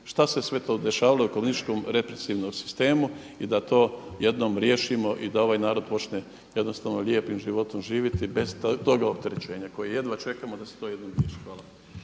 šta se sve to dešavalo i u komunističkom represivnom sistemu i da to jednom riješimo i da ovaj narod počne jednostavno lijepim životom živjeti bez toga opterećenja koji jedva čekamo da se to jednom riješi.